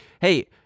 Hey